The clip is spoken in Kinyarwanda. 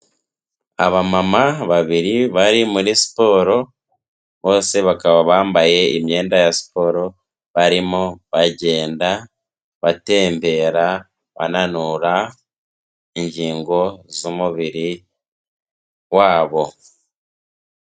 Abamama babiri bari muri siporo, bose bakaba bambaye imyenda ya siporo, barimo bagenda, batembera, bananura ingingo z'umubiri wabo.